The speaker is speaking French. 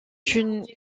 une